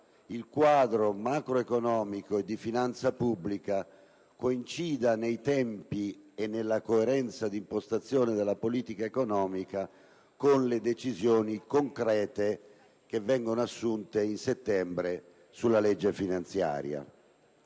il quadro macroeconomico e di finanza pubblica coincida, nei tempi e nella coerenza di impostazione della politica economica, con le decisioni concrete che vengono assunte in settembre sulla legge finanziaria.